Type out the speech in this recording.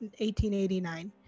1889